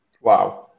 Wow